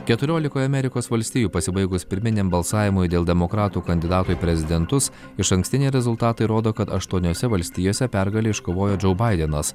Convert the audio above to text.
keturiolikoje amerikos valstijų pasibaigus pirminiam balsavimui dėl demokratų kandidato į prezidentus išankstiniai rezultatai rodo kad aštuoniose valstijose pergalę iškovojo džou baidenas